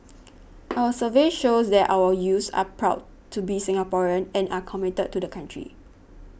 our surveys show that our youths are proud to be Singaporean and are committed to the country